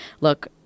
look